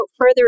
further